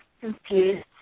confused